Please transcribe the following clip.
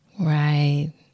Right